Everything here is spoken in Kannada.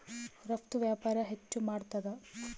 ರಫ್ತು ವ್ಯಾಪಾರ ಹೆಚ್ಚು ಮಾಡ್ತಾದ